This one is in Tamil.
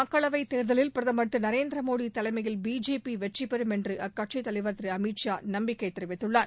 மக்களவைத்தேர்தலில் பிரதமர் திரு நரேந்திரமோடி தலைமயில் பிஜேபி வெற்றி பெறும் என்று அக்கட்சித்தலைவர் திரு அமீத்ஷா நம்பிக்கை தெரிவித்துள்ளார்